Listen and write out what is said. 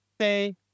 say